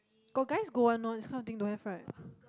got guys go one lor this kind of thing don't have right